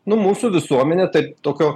nu mūsų visuomenė taip tokio